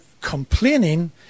complaining